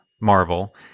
Marvel